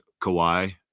Kawhi